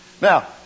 Now